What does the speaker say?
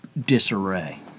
disarray